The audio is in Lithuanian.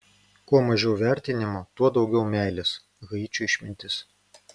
kuo mažiau vertinimo tuo daugiau meilės haičio išmintis